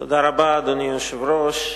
אדוני היושב-ראש,